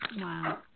Wow